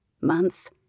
Months